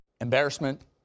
Embarrassment